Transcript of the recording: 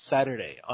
Saturday